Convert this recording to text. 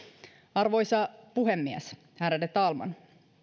arvoisa puhemies ärade talman